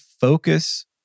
focus